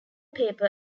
paper